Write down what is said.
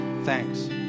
Thanks